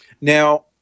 Now